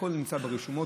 הכול נמצא היום ברשומות,